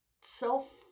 self